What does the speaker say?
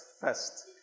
first